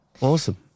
Awesome